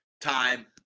Time